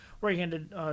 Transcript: right-handed